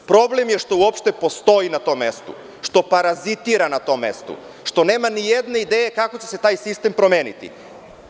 Problem je što uopšte postoji na tom mestu, što parazitira na tom mestu, što nema ni jedne ideje kako će se taj sistem promeniti.